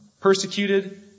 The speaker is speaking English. persecuted